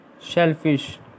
shellfish